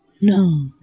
no